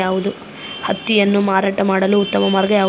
ಹತ್ತಿಯನ್ನು ಮಾರಾಟ ಮಾಡಲು ಉತ್ತಮ ಮಾರ್ಗ ಯಾವುದು?